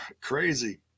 crazy